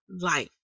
life